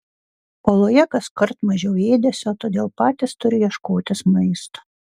oloje kaskart mažiau ėdesio todėl patys turi ieškotis maisto